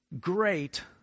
great